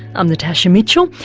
i'm natasha mitchell.